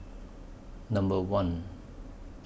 Number one